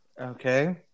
Okay